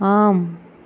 ஆம்